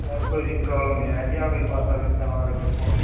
sir कोई भी problem नहीं आएगी आप एक बार सर्विस करवा के दखो